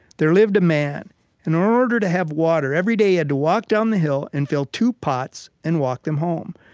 there lived a man. and in order to have water, every day he had to walk down the hill and fill two pots and walk them home.